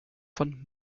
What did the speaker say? von